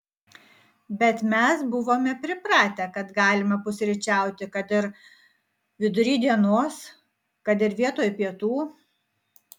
bet mes buvome pripratę kad galima pusryčiauti kad ir vidury dienos kad ir vietoj pietų